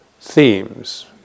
themes